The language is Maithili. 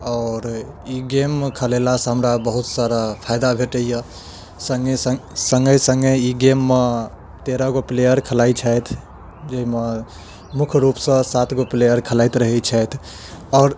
आओर ई गेममे खेलेलासँ हमरा बहुत सारा फाइदा भेटैए सङ्गे सङ्ग सङ्गहि सङ्गहि ई गेममे तेरहगो प्लेअर खेलाइ छथि जाहिमे मुख्य रूपसँ सातगो प्लेअर खेलाइत रहैत छथि आओर